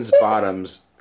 bottoms